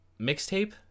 mixtape